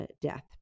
death